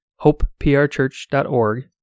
hopeprchurch.org